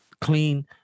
clean